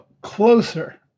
closer